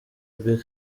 big